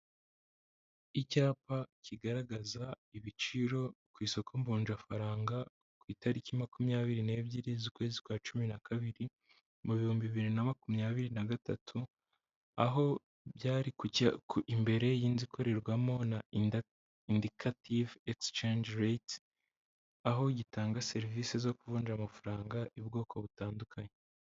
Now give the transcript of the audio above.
Icyapa kigaragaza ibiciro ku isoko mvunjafaranga ku itariki makumyabiri n'ebyiri z'ukwezi kwa cumi na kabiri mu bihumbi bibiri na makumyabiri na gatatu, aho byari kujya imbere y'inzu ikorerwamo na indikative egisicenje rete, aho gitanga serivisi zo kuvunja amafaranga y'ubwoko butandukanye.